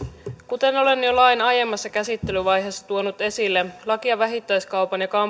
kuten olen jo lain aiemmassa käsittelyvaiheessa tuonut esille lakia vähittäiskaupan ja